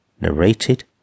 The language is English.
Narrated